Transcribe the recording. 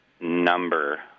number